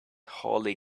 holly